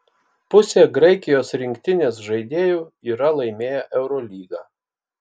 pusė graikijos rinktinės žaidėjų yra laimėję eurolygą